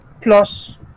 plus